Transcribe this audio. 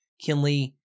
Kinley